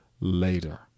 later